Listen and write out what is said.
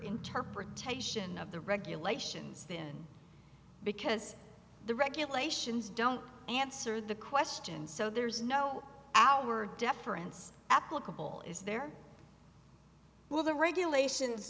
interpretation of the regulations then because the regulations don't answer the question so there's no outward deference applicable is there well the regulations